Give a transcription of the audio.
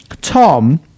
Tom